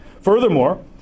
Furthermore